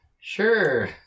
Sure